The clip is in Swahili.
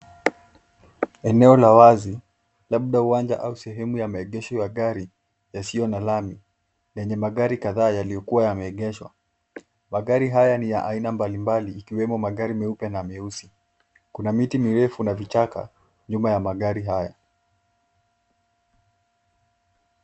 Eneo la wazi labda uwanja au sehemu ya maegesho ya gari yasiyo na lami lenye magari kadhaa yaliyokuwa yameegeshwa. Magari haya ni ya aina mbalimbali ikiwemo magari meupe na meusi. Kuna miti mirefu na vichaka nyuma ya magari haya.